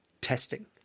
testing